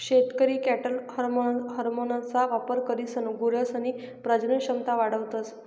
शेतकरी कॅटल हार्मोन्सना वापर करीसन गुरसनी प्रजनन क्षमता वाढावतस